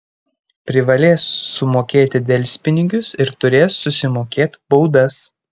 privalės sumokėti delspinigius ir turės susimokėt baudas